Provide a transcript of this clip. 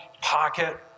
pocket